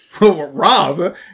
Rob